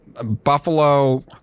Buffalo